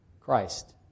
Christ